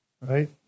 right